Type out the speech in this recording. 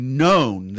known